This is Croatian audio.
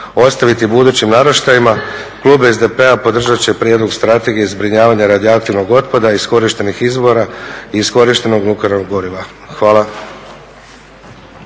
ostaviti budućim naraštajima, klub SDP-a podržat će Prijedlog strategije zbrinjavanja radioaktivnog otpada, iskorištenih izvora i istrošenog nuklearnog goriva. Hvala.